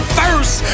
first